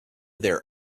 their